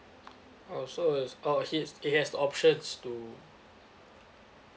oh so it's oh he's he has the options to